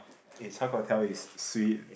eh chao guo tiao is sweet